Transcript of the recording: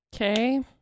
Okay